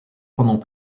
pendant